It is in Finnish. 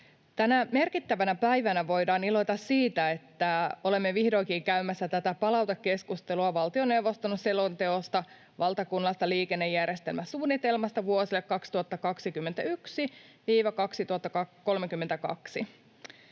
Tänä merkittävänä päivänä voidaan iloita siitä, että olemme vihdoinkin käymässä tätä palautekeskustelua valtioneuvoston selonteosta valtakunnallisesta liikennejärjestelmäsuunnitelmasta vuosille 2021—2032.